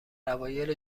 اوایل